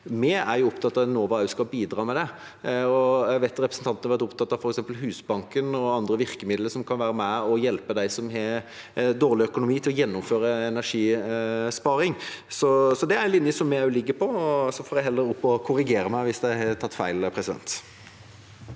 vi er opptatt av at Enova også skal bidra med det. Jeg vet at representanten har vært opptatt av f.eks. Husbanken og andre virkemidler som kan være med og hjelpe dem som har dårlig økonomi til å gjennomføre energisparing. Det er en linje vi også ligger på. Så får jeg heller komme opp og korrigere meg hvis jeg har tatt feil. Presidenten